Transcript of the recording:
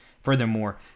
Furthermore